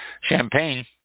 Champagne